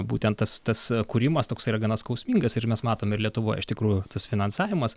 būtent tas tas kūrimas toks yra gana skausmingas ir mes matom ir lietuvoje iš tikrųjų tas finansavimas